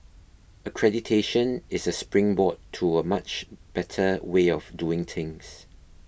accreditation is a springboard to a much better way of doing things